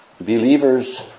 believers